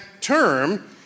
term